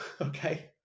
okay